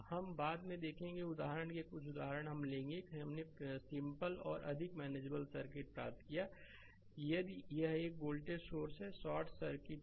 हम बाद में देखेंगे उदाहरण में कुछ उदाहरण हम ले लेंगे कि हमने सिंपल और अधिक मेनेजेबल सर्किट प्राप्त किया कि यदि यह एक वोल्टेज सोर्स शॉर्ट सर्किट है